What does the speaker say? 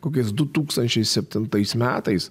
kokiais du tūkstančiai septintais metais